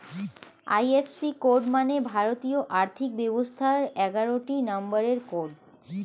IFC code মানে ভারতীয় আর্থিক ব্যবস্থার এগারোটি নম্বরের কোড